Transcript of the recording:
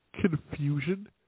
confusion